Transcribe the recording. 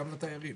גם לתיירים,